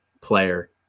player